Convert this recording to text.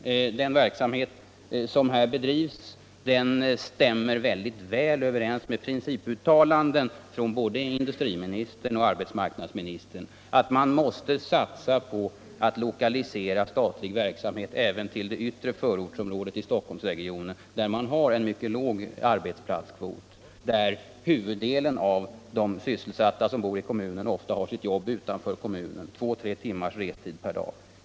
Den verksamhet som här bedrivs stämmer väldigt väl överens med principuttalanden av både industriministern och arbetsmarknadsministern om att man måste satsa på att lokalisera statlig verksamhet även till det yttre förortsområdet i Stockholmsregionen, där arbetsplatskvoten är mycket låg och där ofta huvuddelen av de sysselsatta har sitt jobb utanför kommunen, med två tre timmars restid per dag.